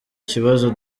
kibazo